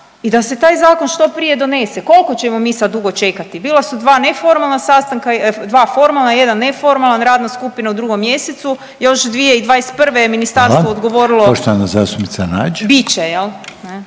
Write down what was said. i da se taj zakon što prije donese. Kolko ćemo mi sad dugo čekati? Bila su dva neformalna sastanka, dva formalna, jedan neformalan radna skupina u drugom mjesecu još 2021. je Ministarstvo …/Upadica Reiner: